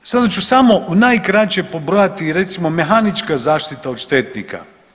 Sada ću samo najkraće pobrojati recimo mehanička zaštita od štetnika.